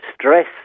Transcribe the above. stress